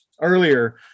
earlier